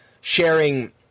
sharing